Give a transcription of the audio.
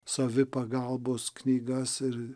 savipagalbos knygas ir